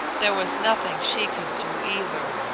there was nothing she could do, either.